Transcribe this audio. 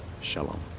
Shalom